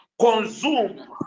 consume